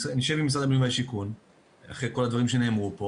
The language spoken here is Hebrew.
נשב עם משרד הבינוי והשיכון אחרי כל הדברים שנאמרו פה